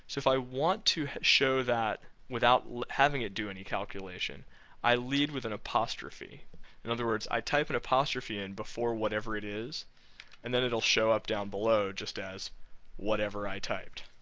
if i want to show that, without having it do any calculations i lead with an apostrophe in other words, i type an in before whatever it is and then it'll show up down below just as whatever i typed.